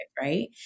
right